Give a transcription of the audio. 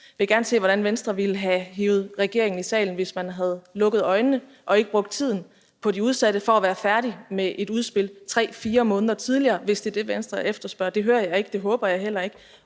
Jeg ville gerne se, hvordan Venstre ville have hevet regeringen i salen, hvis man havde lukket øjnene og ikke brugt tiden på de udsatte for at være færdig med et udspil 3-4 måneder tidligere, hvis det er det, Venstre efterspørger. Det hører jeg ikke, og det håber jeg heller ikke.